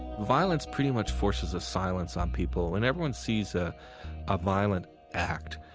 violence pretty much forces a silence on people. when everyone sees ah a violent act,